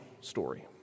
story